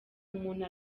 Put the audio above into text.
umuntu